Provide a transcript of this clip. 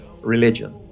religion